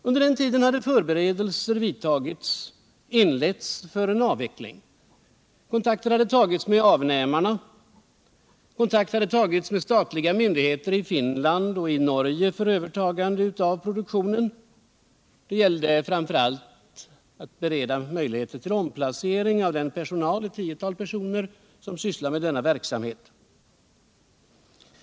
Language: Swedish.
Under den tiden hade förberedelser inletts för en avveckling. Kontakter hade tagits med avnämarna och med statliga myndigheter i Finland och Norge för ett övertagande av produktionen. Det gällde också och framför allt att bereda möjligheter till omplacering av den personal på ett tiotal personer som sysslar med verksamheten.